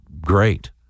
Great